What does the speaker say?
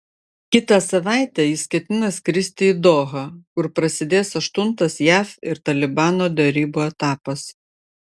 kitą savaitę jis ketina skristi į dohą kur prasidės aštuntas jav ir talibano derybų etapas